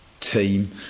team